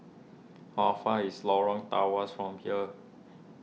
how far is Lorong Tawas from here